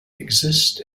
exist